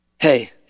Hey